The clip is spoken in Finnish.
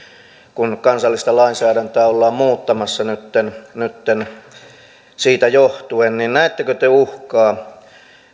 kun kansallista lainsäädäntöä ollaan muutamassa nytten nytten siitä johtuen niin näettekö te uhkaa